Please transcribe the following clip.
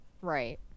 Right